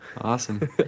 Awesome